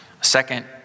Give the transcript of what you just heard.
Second